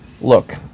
look